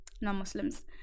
non-muslims